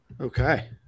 Okay